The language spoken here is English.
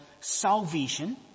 salvation